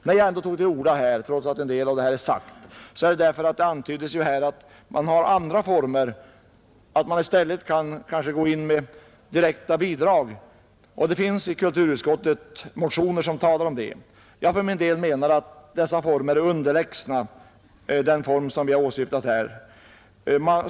När jag nu har tagit till orda, trots att en del av det anförda redan tidigare har sagts, är det därför att här har antytts att det finns andra vägar att gå och att man kanske i stället kan ge direkta bidrag. Kulturutskottet har också att behandla en del motioner som handlar om det. Jag menar emellertid att dessa vägar är underlägsna den form som vi har föreslagit.